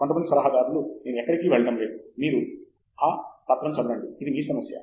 కొంతమంది సలహాదారులు నేను ఎక్కడికీ వెళ్ళడం లేదు మీరు ఆ పత్రం చదవండి ఇది మీ సమస్య